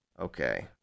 Okay